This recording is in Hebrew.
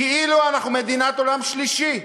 כאילו אנחנו מדינת עולם שלישי.